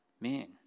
man